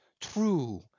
true